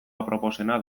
aproposena